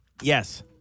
Yes